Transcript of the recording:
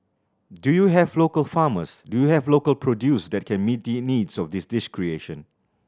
do you have local farmers do you have local produce that can meet the needs of this dish creation